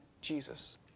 Jesus